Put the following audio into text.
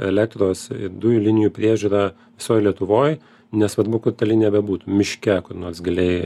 elektros dujų linijų priežiūrą visoj lietuvoj nesvarbu kur ta linija bebūtų miške kur nors giliai